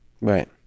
right